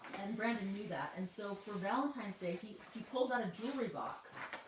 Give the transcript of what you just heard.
and brandon knew that. and so for valentine's day he he pulls out a jewelry box.